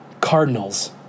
Cardinals